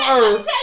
earth